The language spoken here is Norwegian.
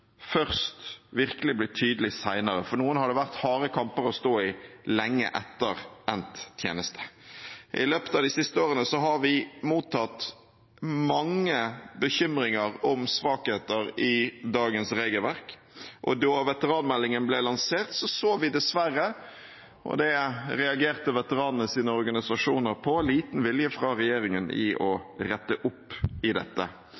virkelig ble tydelig først senere. For noen har det vært harde kamper å stå i lenge etter endt tjeneste. I løpet av de siste årene har vi mottatt mange bekymringer om svakheter i dagens regelverk, og da veteranmeldingen ble lansert, så vi dessverre – og det reagerte veteranenes organisasjoner på – liten vilje fra regjeringens side til å rette opp i dette.